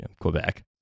Quebec